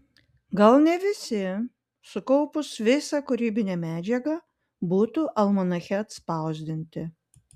gal ne visi sukaupus visą kūrybinę medžiagą būtų almanache atspausdinti